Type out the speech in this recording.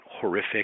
horrific